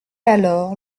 alors